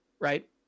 right